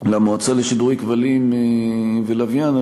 למועצה לשידורי כבלים ולשידורי לוויין,